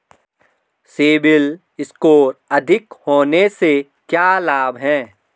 CIBIL score अधिक होने से क्या लाभ हैं?